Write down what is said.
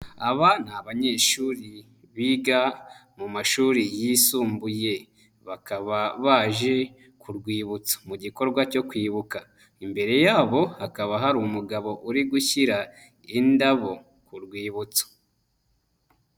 Aba ni abanyeshuri biga mu mashuri yisumbuye, bakaba baje ku rwibutso mu gikorwa cyo kwibuka, imbere yabo hakaba hari umugabo uri gushyira indabo ku rwibutso.